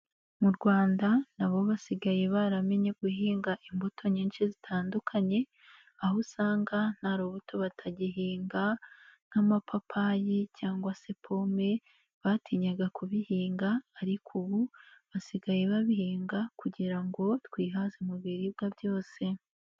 Mu Rwanda na bo basigaye baramenye guhinga imbuto nyinshi zitandukanye, aho usanga nta rubuto batagihinga nk'amapapayi cyangwa se pome batinyaga kubihinga ariko ubu basigaye babihinga kugira ngo twihaze mu biribwa byose.